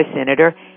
senator